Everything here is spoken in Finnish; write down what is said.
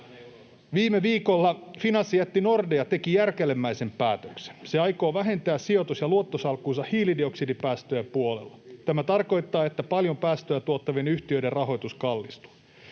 Viime viikolla finanssijätti Nordea teki järkälemäisen päätöksen: se aikoo vähentää sijoitus- ja luottosalkkunsa hiilidioksidipäästöjä puolella. Tämä tarkoittaa, että paljon päästöjä tuottavien yhtiöiden rahoitus kallistuu.